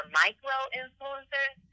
micro-influencers